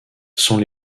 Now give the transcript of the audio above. sont